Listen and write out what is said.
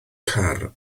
car